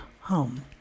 home